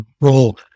role